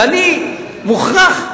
ואני מוכרח,